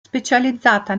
specializzata